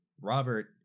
Robert